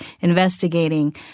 investigating